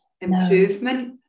improvement